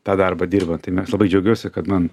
tą darbą dirbant tai mes labai džiaugiuosi kad man